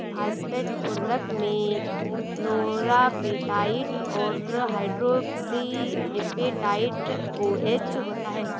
phosphate उर्वरक में fluorapatite और हाइड्रोक्सी एपेटाइट ओएच होता है